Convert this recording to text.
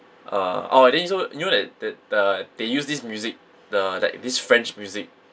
uh orh then also you know that that uh they use this music the like this french music